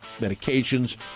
medications